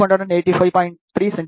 3 செ